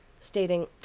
stating